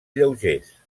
lleugers